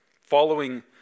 following